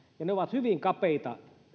ne ovat hyvin kapeita